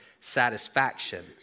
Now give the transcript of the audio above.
satisfaction